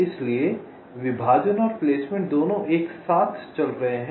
इसलिए विभाजन और प्लेसमेंट दोनों एक साथ चल रहे हैं